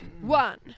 One